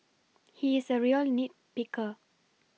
he is a real nit picker